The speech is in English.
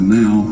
now